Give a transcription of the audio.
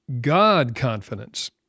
God-confidence